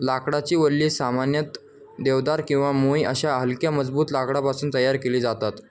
लाकडाची वल्ही सामान्यत देवदार किंवा मोई अशा हलक्या मजबूत लाकडापासून तयार केली जातात